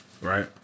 right